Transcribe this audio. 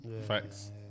Facts